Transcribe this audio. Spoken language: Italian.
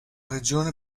regione